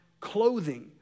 clothing